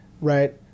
right